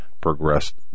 progressed